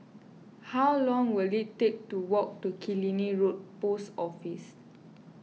how long will it take to walk to Killiney Road Post Office